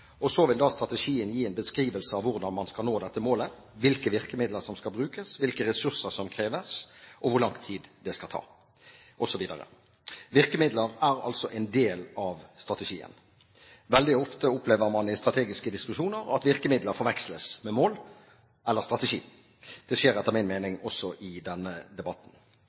Så vil strategien gi en beskrivelse av hvordan man skal nå dette målet, hvilke virkemidler som skal brukes, hvilke ressurser som kreves, hvor lang tid det skal ta, osv. Virkemidler er altså en del av strategien. Veldig ofte opplever man i strategiske diskusjoner at virkemidler forveksles med mål eller strategi. Det skjer etter min mening også i denne debatten.